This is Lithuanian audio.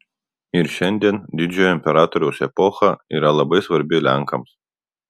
ir šiandien didžiojo imperatoriaus epocha yra labai svarbi lenkams